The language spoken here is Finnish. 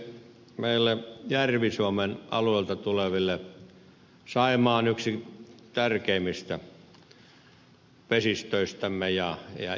meille järvi suomen alueelta tuleville saimaa on yksi tärkeimmistä vesistöistämme ja järvistä